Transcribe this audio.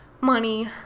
money